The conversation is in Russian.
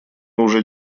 уже